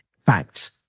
Facts